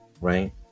Right